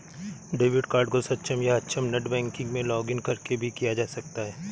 debit card को सक्षम या अक्षम नेट बैंकिंग में लॉगिंन करके भी किया जा सकता है